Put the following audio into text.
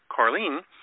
Carlene